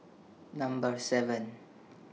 Number seven